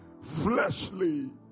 fleshly